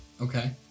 Okay